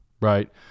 right